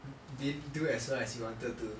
you didn't do as well as you wanted to